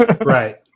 Right